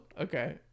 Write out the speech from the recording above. Okay